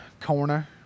Corner